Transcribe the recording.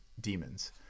demons